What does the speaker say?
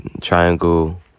triangle